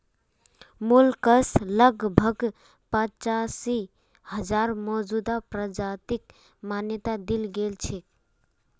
mollusc लगभग पचासी हजार मौजूदा प्रजातिक मान्यता दील गेल छेक